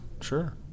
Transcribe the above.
sure